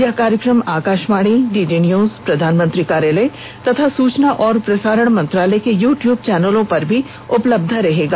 यह कार्यक्रम Akashvani DD news प्रधानमंत्री कार्यालय तथा सूचना और प्रसारण मंत्रालय के यू ट्यूब चैनलों पर भी उपलब्ध रहेगा